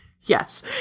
Yes